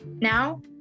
Now